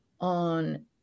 on